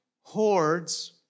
hordes